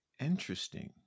interesting